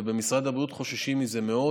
ובמשרד הבריאות חוששים מזה מאוד.